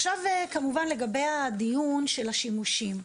עכשיו, כמובן לגבי הדיון של השימושים,